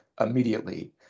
immediately